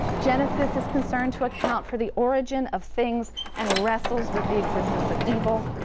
genesis is concerned to account for the origin of things and wrestles with the existence of evil,